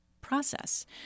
process